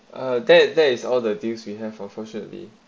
uh that that is all the things we have unfortunately